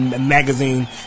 magazine